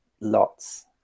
lots